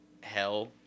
hell